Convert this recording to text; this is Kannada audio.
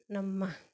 ನಮ್ಮ